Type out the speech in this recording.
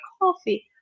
coffee